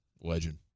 legend